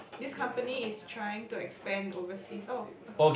this company is trying to expand overseas oh okay